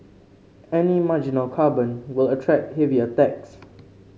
any marginal carbon will attract heavier tax